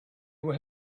were